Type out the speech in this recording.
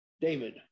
David